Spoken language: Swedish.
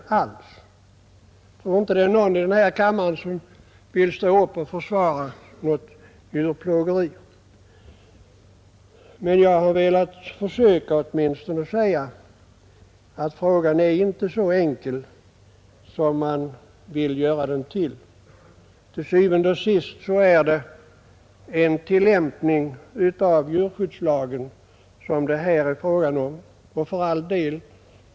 Jag tror inte att det är någon i denna kammare som vill stå upp och försvara djurplågeri, men jag har åtminstone velat försöka säga att frågan inte är så enkel som man vill göra den till. Til syvende og sidst är det en tillämpning av djurskyddslagen som det här är fråga om.